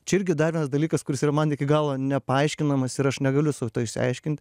čia irgi dar vienas dalykas kuris yra man iki galo nepaaiškinamas ir aš negaliu sau išsiaiškint